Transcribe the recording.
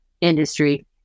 industry